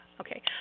Okay